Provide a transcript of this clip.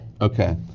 Okay